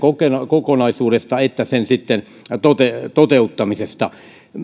kokonaisuudesta että sen toteuttamisesta